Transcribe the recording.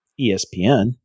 ESPN